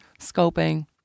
scoping